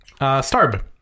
Starb